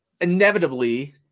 inevitably